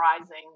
Rising